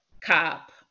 cop